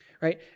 right